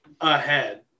ahead